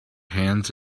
hands